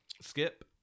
Skip